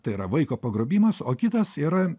tai yra vaiko pagrobimas o kitas yra